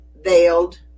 veiled